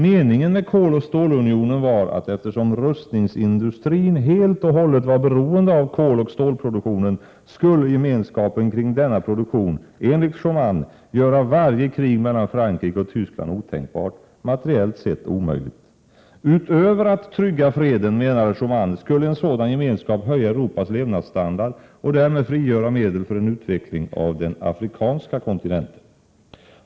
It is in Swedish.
Meningen med Koloch stålunionen var, att eftersom rustningsindustrin helt och hållet var beroende av koloch stålproduktionen, skulle gemenskapen kring denna produktion, enligt Schuman, göra varje krig mellan Frankrike och Tyskland otänkbart och materiellt sett omöjligt. Utöver att trygga freden, menade Schuman, skulle en sådan gemenskap höja Europas levnadsstandard och därmed frigöra medel för en utveckling av den afrikanska kontinenten.